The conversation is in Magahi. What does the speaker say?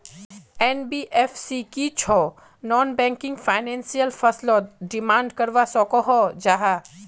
एन.बी.एफ.सी की छौ नॉन बैंकिंग फाइनेंशियल फसलोत डिमांड करवा सकोहो जाहा?